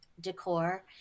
decor